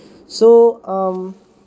so um